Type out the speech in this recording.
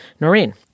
Noreen